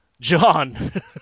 John